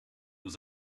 was